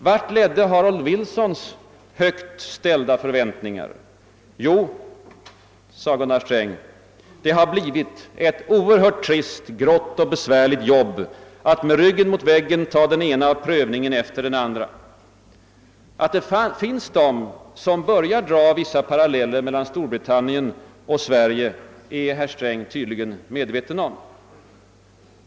»Vart ledde Harold Wilsons högt ställda förväntningar?» Jo, sade herr Sträng, det har blivit »ett oerhört trist, grått och besvärligt jobb att med ryg gen mot väggen ta den ena prövningen efter den andra». Att det finns de som börjar dra paralleller mellan Storbritannien och Sverige är herr Sträng tydligen medveten om.